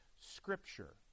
Scripture